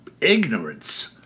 ignorance